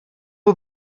all